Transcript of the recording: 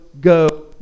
go